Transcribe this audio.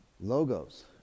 Logos